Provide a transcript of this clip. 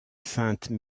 sainte